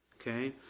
Okay